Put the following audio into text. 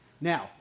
Now